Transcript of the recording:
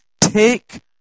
take